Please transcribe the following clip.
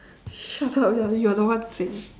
shut up you're you are the one saying